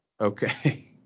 Okay